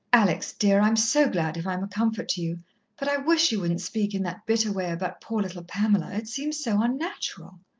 alex, dear, i'm so glad if i'm a comfort to you but i wish you wouldn't speak in that bitter way about poor little pamela. it seems so unnatural.